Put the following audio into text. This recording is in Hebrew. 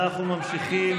אנחנו ממשיכים.